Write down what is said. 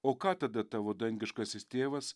o ką tada tavo dangiškasis tėvas